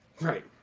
Right